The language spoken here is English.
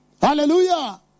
Hallelujah